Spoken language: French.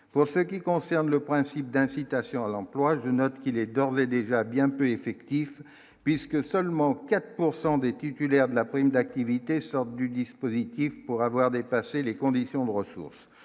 pour ce qui concerne le principe d'incitation à l'emploi, je note qu'il est d'ores et déjà bien peu effectif puisque seulement 4 pourcent des titulaires de la prime d'activité sortent du dispositif pour avoir dépassé les conditions de ressources,